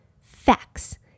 Facts